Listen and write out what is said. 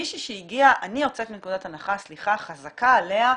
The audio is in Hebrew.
מישהי שהגיעה, אני יוצאת מנקודת הנחה חזקה עליה.